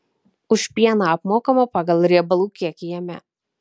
už pieną apmokama pagal riebalų kiekį jame